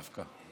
דווקא,